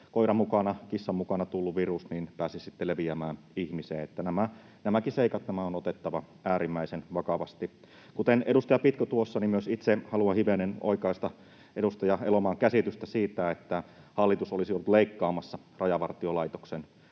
mukana tai kissan mukana tullut virus pääsisi sitten leviämään ihmiseen. Nämäkin seikat on otettava äärimmäisen vakavasti. Kuten edustaja Pitko tuossa, myös itse haluan hivenen oikaista edustaja Elomaan käsitystä siitä, että hallitus olisi ollut leikkaamassa Tullin